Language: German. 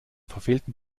verfehlten